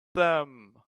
them